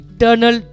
Eternal